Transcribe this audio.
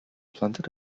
planted